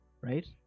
right